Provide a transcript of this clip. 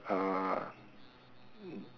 uh